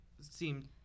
seem